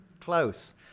close